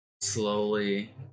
slowly